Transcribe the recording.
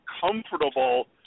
comfortable